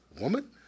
Woman